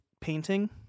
painting